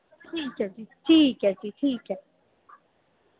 ठीक ऐ जी ठीक ऐ जी ठीक ऐ